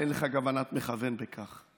שאין לך כוונת מכוון בכך,